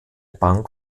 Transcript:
bank